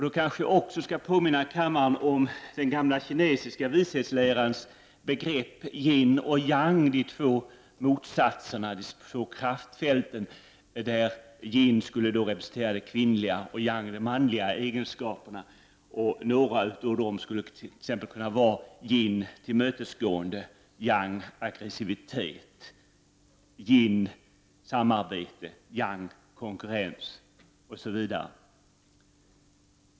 Då kanske jag också skall påminna kammaren om den gamla kinesiska vishetslärans begrepp yin och yang, de två motsatta kraftfälten, där yin skulle representera de kvinnliga och yang de manliga egenskaperna. Några av dem skulle t.ex. kunna vara yin-tillmötesgående och yang-aggressivitet, yin-samarbete och yang-konkurrens osv.